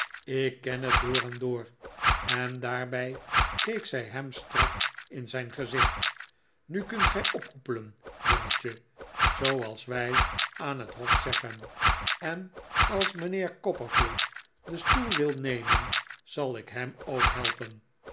ik ken het door en door en daarbij keek zij hem strak in zijn gezicht nu kunt gij ophoepelen jongetje zooals wij aan het hof zeggen en als mijnheer copperfield den stoel wil nemen zal ik hem ook helpen